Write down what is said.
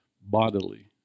bodily